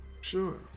Sure